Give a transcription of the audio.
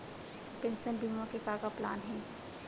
Pension बीमा के का का प्लान हे?